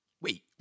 Wait